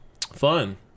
Fun